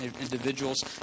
individuals